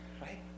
right